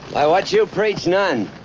i watched you preach none.